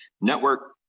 network